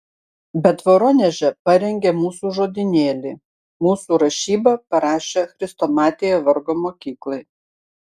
bet voroneže parengė mūsų žodynėlį mūsų rašybą parašė chrestomatiją vargo mokyklai